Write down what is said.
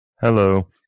Hello